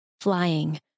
flying